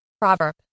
Proverb